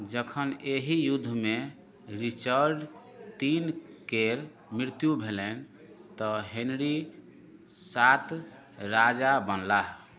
जखन एहि युद्धमे रिचर्ड तीनके मृत्यु भेलनि तँ हेनरी सात राजा बनलाह